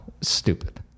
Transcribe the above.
Stupid